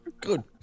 Good